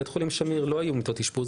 בבית החולים שמיר לא היו מיטות אשפוז,